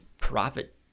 profit